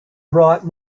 brought